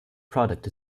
product